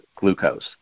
glucose